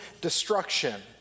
destruction